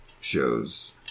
shows